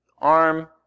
arm